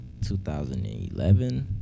2011